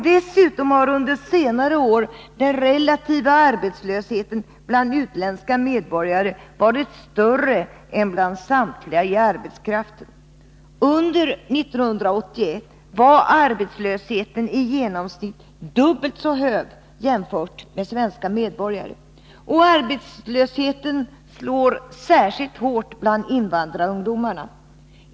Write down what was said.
Dessutom har under senare år den relativa arbetslösheten bland utländska medborgare varit större än vad som motsvarar genomsnittet för all arbetskraft. Under 1981 var invandrararbetslösheten i genomsnitt dubbelt större än arbetslösheten bland svenska medborgare. Arbetslösheten slår särskilt hårt bland invandrarungdomarna.